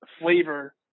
flavor